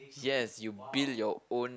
yes you build your own